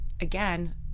again